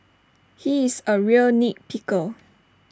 he is A real nit picker